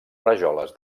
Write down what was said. rajoles